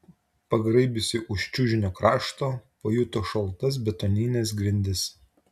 pagraibiusi už čiužinio krašto pajuto šaltas betonines grindis